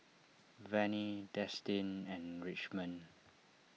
Vannie Destin and Richmond